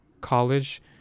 college